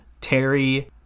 Terry